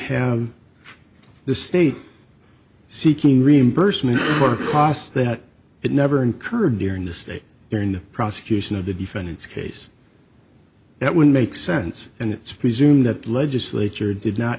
have the state seeking reimbursement for costs that it never incurred during the state during the prosecution of the defendant's case that would make sense and it's presumed that legislature did not